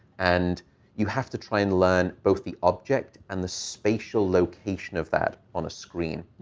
and you have to try and learn both the object and the spatial location of that on a screen.